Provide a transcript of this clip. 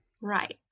Right